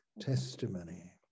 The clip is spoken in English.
testimony